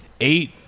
Eight